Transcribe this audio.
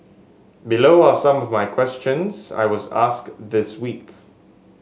below are some of my questions I was asked this week